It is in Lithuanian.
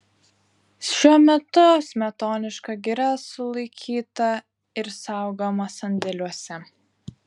šiuo metu smetoniška gira sulaikyta ir saugoma sandėliuose